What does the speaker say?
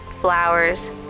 flowers